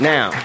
Now